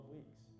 weeks